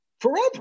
forever